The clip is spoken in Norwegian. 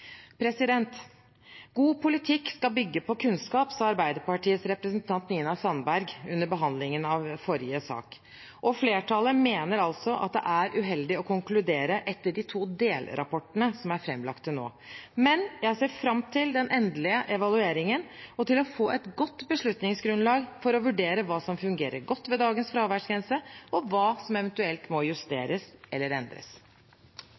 God politikk skal bygge på kunnskap, sa Arbeiderpartiets representant, Nina Sandberg, under behandlingen av forrige sak, og flertallet mener altså at det er uheldig å konkludere etter de to delrapportene som er framlagt til nå. Men jeg ser fram til den endelige evalueringen og til å få et godt beslutningsgrunnlag for å vurdere hva som fungerer godt ved dagens fraværsgrense, og hva som eventuelt må justeres eller endres.